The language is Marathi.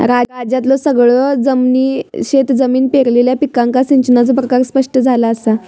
राज्यातल्यो सगळयो शेतजमिनी पेरलेल्या पिकांका सिंचनाचो प्रकार स्पष्ट झाला असा